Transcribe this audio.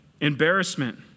Embarrassment